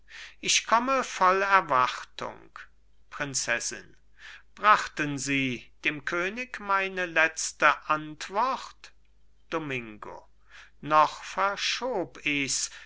ich komme voll erwartung prinzessin brachten sie dem könig meine letzte antwort domingo noch verschob ichs